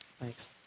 Thanks